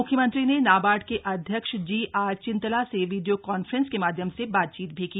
म्ख्यमंत्री ने नाबार्ड के अध्यक्ष जी र चिंतला से वीडियो कांफ्रेंस के माध्यम से बातचीत भी की